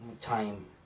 time